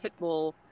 Pitbull